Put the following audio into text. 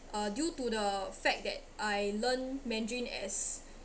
uh due to the fact that I learn mandarin as